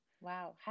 Wow